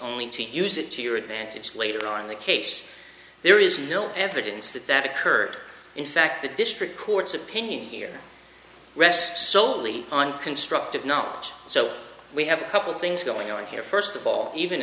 only to use it to your advantage later on the case there is no evidence that that occurred in fact the district court's opinion here rests solely on constructive knowledge so we have a couple things going on here first of all even